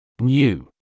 New